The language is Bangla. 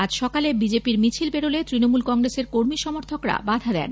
আজ সকালে বিজেপি মিছিল বেরোলে তৃণমূল কংগ্রেসের কর্মী সমর্থকরা বাধা দেন